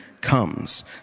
comes